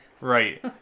right